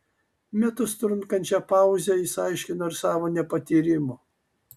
metus trunkančią pauzę jis aiškino ir savo nepatyrimu